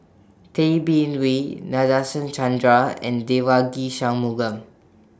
Tay Bin Wee Nadasen Chandra and Devagi Sanmugam